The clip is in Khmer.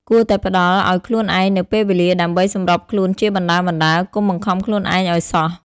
គួរតែផ្ដល់ឱ្យខ្លួនឯងនូវពេលវេលាដើម្បីសម្របខ្លួនជាបណ្តើរៗ កុំបង្ខំខ្លួនឯងអោយសោះ។